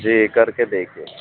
جی کر کے دیکھیے